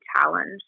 challenge